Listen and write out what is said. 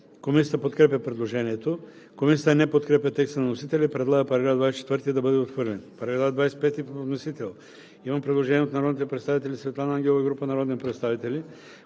Комисията подкрепя предложението. Комисията не подкрепя текста на вносителя и предлага § 24 да бъде отхвърлен. По § 25 по вносител има предложение от народния представител Светлана Ангелова и група народни представители.